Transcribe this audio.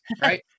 right